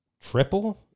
triple